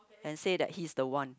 and say that he's the one